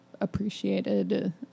appreciated